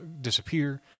disappear